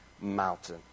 mountain